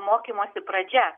mokymosi pradžia